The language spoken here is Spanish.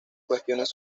cuestiones